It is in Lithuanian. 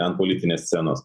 ant politinės scenos